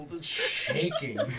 shaking